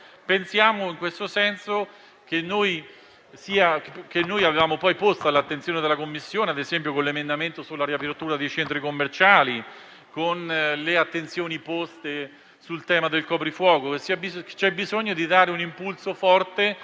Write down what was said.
senso, noi avevamo posto il tema all'attenzione della Commissione - ad esempio - con l'emendamento sulla riapertura dei centri commerciali, con le attenzioni poste sul tema del coprifuoco. C'è bisogno di dare un impulso forte